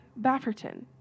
Bafferton